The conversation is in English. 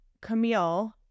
Camille